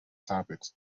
topics